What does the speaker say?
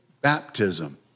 baptism